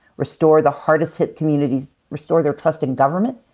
restore the hardest-hit communities, restore their trust in government,